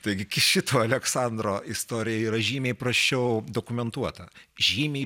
taigi šito aleksandro istorija yra žymiai prasčiau dokumentuota žymiai